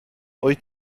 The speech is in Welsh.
wyt